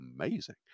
amazing